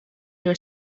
your